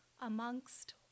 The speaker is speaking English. amongst